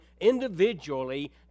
individually